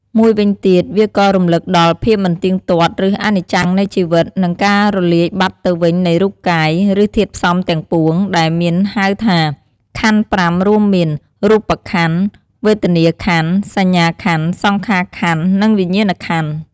មួយវិញទៀតវាក៏រំលឹកដល់ ភាពមិនទៀងទាត់ ឬ អនិច្ចំ នៃជីវិត និងការរលាយបាត់ទៅវិញនៃរូបកាយ ឬធាតុផ្សំទាំងពួង ដែលមានហៅថា ខន្ធ ៥ រួមមាន រូបក្ខន្ធ វេទនាខន្ធ សញ្ញាខន្ធ សង្ខារក្ខន្ធ និងវិញ្ញាណក្ខន្ធ។